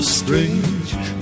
strange